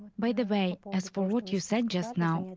by the way, as for what you said just now,